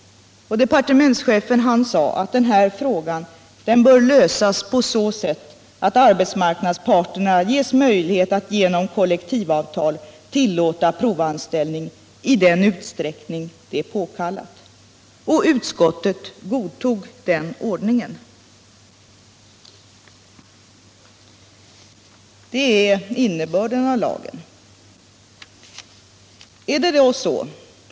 Departementschefen sade att frågan bör lösas på så sätt att arbetsmarknadsparterna ges möjlighet att genom kollektivavtal tillåta provanställning i den utsträckning det är påkallat, och utskottet godtog den ordningen. Det är innebörden av lagen.